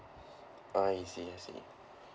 ah I see I see